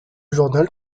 journal